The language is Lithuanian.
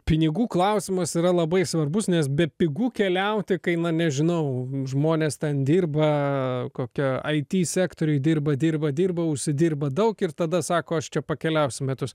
pinigų klausimas yra labai svarbus nes bepigu keliauti kai na nežinau žmonės ten dirba kokia it sektoriuj dirba dirba dirba užsidirba daug ir tada sako aš čia pakeliausiu metus